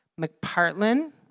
McPartland